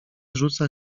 rzuca